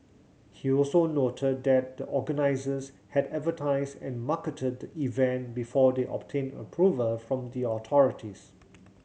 he also noted that the organisers had advertised and marketed the event before they obtained approval from the authorities